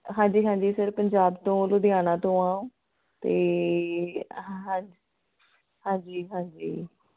ਹਾਂਜੀ ਹਾਂਜੀ ਸਰ ਪੰਜਾਬ ਤੋਂ ਲੁਧਿਆਣਾ ਤੋਂ ਹਾਂ ਅਤੇ ਹਾਂਜੀ ਹਾਂਜੀ ਹਾਂਜੀ